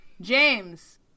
James